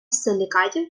силікатів